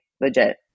legit